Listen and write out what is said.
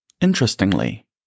Interestingly